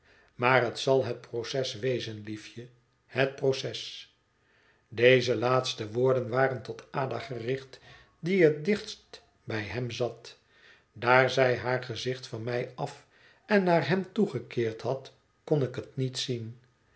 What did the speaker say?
maar het zal het proces wezen liefje het proces deze laatste woorden waren tot ada gericht die het dichtst bij hem zat daar zij haar gezicht van mij af en naar hem toe gekeerd had kon ik het niet zien